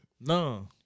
No